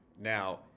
now